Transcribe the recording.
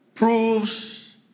Proves